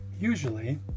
Usually